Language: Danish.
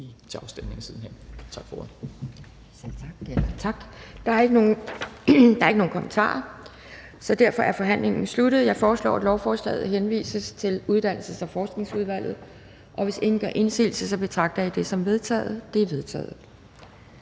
næstformand (Pia Kjærsgaard): Tak. Der er ikke nogen kommentarer, og derfor er forhandlingen sluttet. Jeg foreslår, at lovforslaget henvises til Uddannelses- og Forskningsudvalget. Hvis ingen gør indsigelse, betragter jeg det som vedtaget. Det er vedtaget.